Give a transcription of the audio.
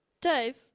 Dave